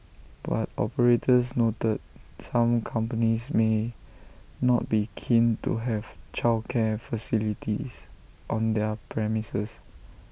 but operators noted some companies may not be keen to have childcare facilities on their premises